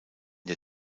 der